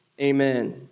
Amen